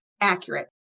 accurate